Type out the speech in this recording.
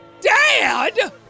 Dad